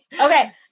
Okay